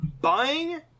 buying